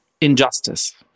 injustice